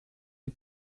die